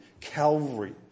Calvary